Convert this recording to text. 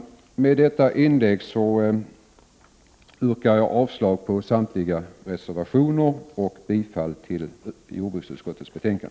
Med detta inlägg yrkar jag avslag på samtliga reservationer och bifall till jordbruksutskottets hemställan.